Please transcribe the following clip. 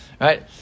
right